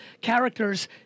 characters